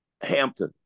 Hampton